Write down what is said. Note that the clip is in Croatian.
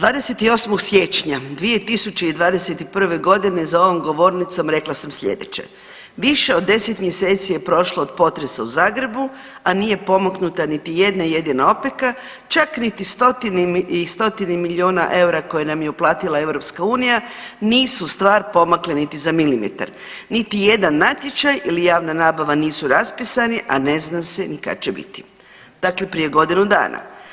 28. siječnja 2021.g. za ovom govornicom rekla sam sljedeće, više od 10 mjeseci je prošlo od potresa u Zagrebu, a nije pomaknuta niti jedna jedina opeka, čak niti stotine i stotine milijuna eura koje nam je uplatila EU nisu stvar pomakle niti za milimetar, niti jedan natječaj ili javna nabava nisu raspisani, a ne zna se ni kad će biti, dakle prije godinu dana.